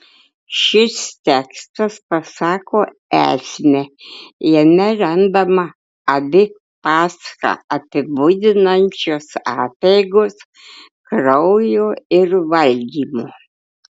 šis tekstas pasako esmę jame randama abi paschą apibūdinančios apeigos kraujo ir valgymo